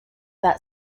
that